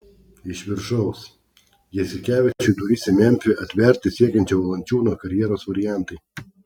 iš viršaus jasikevičiui duris į memfį atverti siekiančio valančiūno karjeros variantai